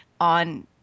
on